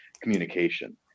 communication